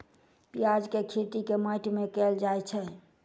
प्याज केँ खेती केँ माटि मे कैल जाएँ छैय?